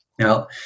Now